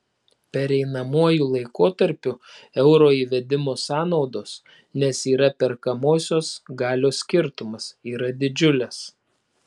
pereinamuoju laikotarpiu euro įvedimo sąnaudos nes yra perkamosios galios skirtumas yra didžiulės